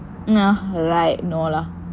no lah